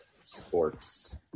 sports